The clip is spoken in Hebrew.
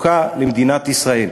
חוקה למדינת ישראל.